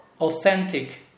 authentic